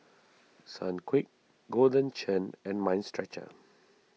Sunquick Golden Churn and Mind Stretcher